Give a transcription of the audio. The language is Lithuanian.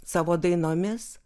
savo dainomis